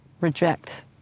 reject